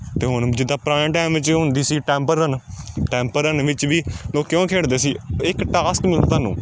ਅਤੇ ਹੁਣ ਜਿੱਦਾਂ ਪੁਰਾਣਾ ਟਾਈਮ ਵਿੱਚ ਹੁੰਦੀ ਸੀ ਟੈਂਪਲ ਰਨ ਟੈਂਪਲ ਰਨ ਵਿੱਚ ਵੀ ਲੋਕ ਕਿਉਂ ਖੇਡਦੇ ਸੀ ਇੱਕ ਟਾਸਕ ਮਿਲੇ ਤੁਹਾਨੂੰ